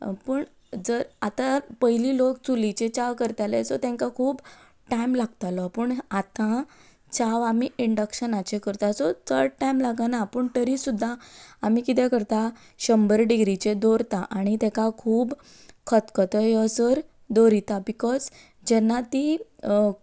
पूण जर आतां पयलीं लोक चुलीचेर च्या करताले सो तांकां खूब टायम लागतालो पूण आतां च्या आमी इंडक्शनाचेर करता सो चड टायम लागना पूण तरी सुद्दां आमी कितें करता शंबर डिग्रीचेर दवरता आनी ताका खूब खतखतो येयसर दवरता बिकॉज जेन्ना ती